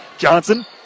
Johnson